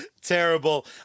Terrible